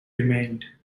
remained